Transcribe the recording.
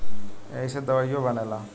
ऐइसे दवाइयो बनेला